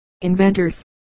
Inventors